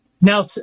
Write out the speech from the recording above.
now